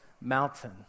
mountain